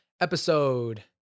episode